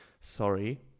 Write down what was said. sorry